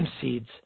seeds